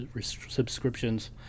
subscriptions